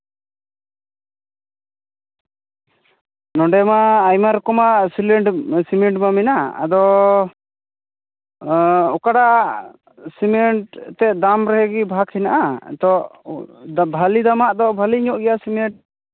ᱱᱚᱰᱮ ᱢᱟ ᱟᱭᱢᱟ ᱨᱚᱠᱚᱢᱟᱜ ᱥᱤᱢᱮᱱᱴ ᱥᱤᱢᱮᱱᱴ ᱢᱟ ᱢᱮᱱᱟᱜ ᱟᱫᱚ ᱚᱠᱟᱴᱟᱜ ᱥᱤᱢᱮᱱᱴ ᱮᱱᱛᱮᱫ ᱫᱟᱢ ᱨᱮᱜᱮ ᱵᱷᱟᱜᱽ ᱦᱮᱱᱟᱜᱼᱟ ᱟᱫᱚ ᱵᱷᱟᱞᱮ ᱫᱟᱢᱟᱜ ᱫᱚ ᱵᱷᱟᱞᱮ ᱧᱚᱜ ᱜᱮᱭᱟ ᱥᱤᱢᱮᱱᱴ